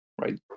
right